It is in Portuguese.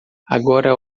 agora